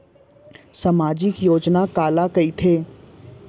सामाजिक योजना काला कहिथे?